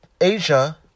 Asia